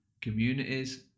communities